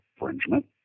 infringement